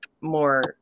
more